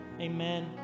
amen